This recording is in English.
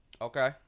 Okay